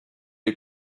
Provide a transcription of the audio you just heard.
est